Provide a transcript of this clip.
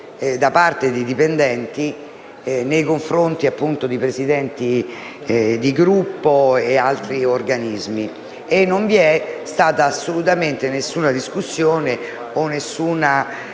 da parte dei dipendenti, nei confronti appunto di Presidenti di Gruppo e altri organismi, e non vi è stata alcuna discussione né